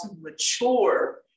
mature